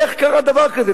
איך קרה דבר כזה?